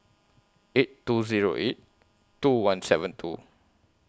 eight two Zero eight two one seven two